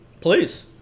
Please